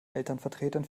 elternvertretern